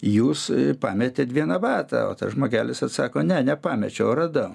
jūs pametėt vieną batą o tas žmogelis atsako ne nepamečiau radau